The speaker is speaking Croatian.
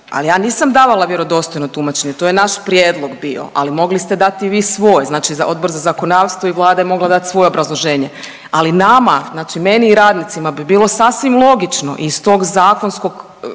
ali ja nisam davala vjerodostojno tumačenje to je naš prijedlog bio, ali mogli ste dati i vi svoje. Znači Odbor za zakonodavstvo je mogla dati svoje obrazloženje, ali nama, znači meni i radnicima bi bilo sasvim logično i iz tog zakonskog